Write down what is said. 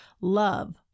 Love